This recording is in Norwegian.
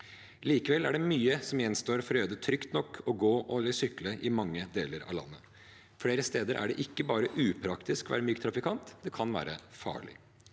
Likevel er det mye som gjenstår for å gjøre det trygt nok å gå eller sykle i mange deler av landet. Flere steder er det ikke bare upraktisk å være myk trafikant, men det kan være farlig.